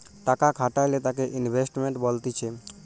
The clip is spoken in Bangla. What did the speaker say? টাকা খাটাইলে তাকে ইনভেস্টমেন্ট বলতিছে